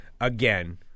again